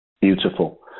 beautiful